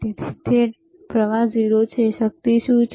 તેથી તે પ્રવાહ 0 છે શક્તિ શું છે